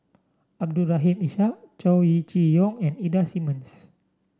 Abdul Rahim Ishak Chow Chee Yong and Ida Simmons